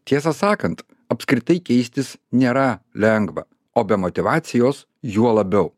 tiesą sakant apskritai keistis nėra lengva o be motyvacijos juo labiau